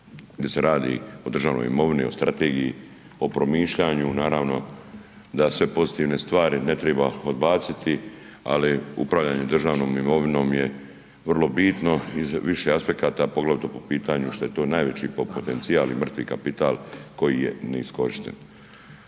di se radi o državnoj imovini, o strategiji, o promišljanju, naravno da sve pozitivne stvari ne triba odbaciti, ali upravljanje državnom imovinom je vrlo bitno iz više aspekata, poglavito po pitanju što je to najveći potencijal i mrtvi kapital koji je neiskorišten